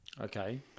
Okay